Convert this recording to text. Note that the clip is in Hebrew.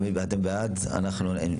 מי בעד קבלת ההסתייגות?